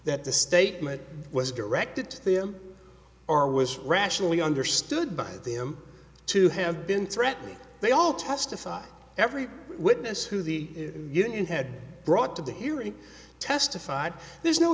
that the statement was directed to them or was rationally understood by them to have been threatening they all testify every witness who the union had brought to the hearing testified there's no